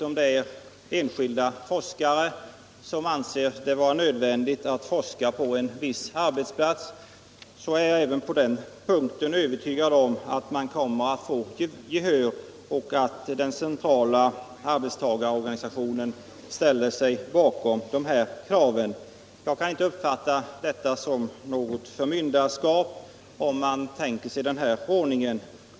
Och om enskilda forskare anser det nödvändigt att forska på en viss arbetsplats, så är jag övertygad om att man även då kommer att få gehör för ett sådant krav och att den centrala arbetstagarorganisationen ställer sig bakom det kravet. Jag kan inte uppfatta detta som något förmynderskap, om man tänker sig den ordningen.